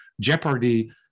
jeopardy